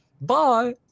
Bye